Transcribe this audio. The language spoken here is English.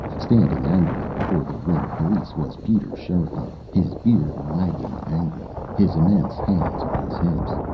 standing angrily before the ring of police was peter sherikov, his beard waggling angrily, his immense hands on his hips.